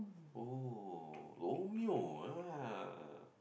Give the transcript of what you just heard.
oh Romeo ah